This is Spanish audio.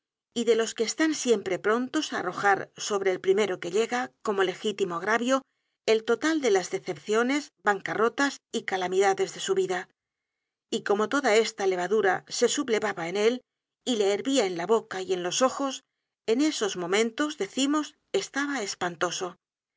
y de los que están siemp're prontos á arrojar sobre el primero que llega como legítimo agravio el total de las decepciones bancarrotas y calamidades de su vida y como toda esta levadura se sublevaba en él y le hervia en la boca y en los ojos en esos momentos decimos estaba espantoso